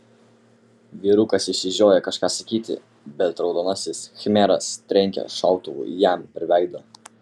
vyrukas išsižioja kažką sakyti bet raudonasis khmeras trenkia šautuvu jam per veidą